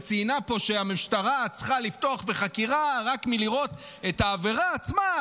שציינה פה שהמשטרה צריכה לפתוח בחקירה רק מלראות את העבירה עצמה,